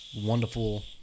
wonderful